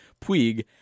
Puig